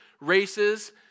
races